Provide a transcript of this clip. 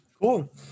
cool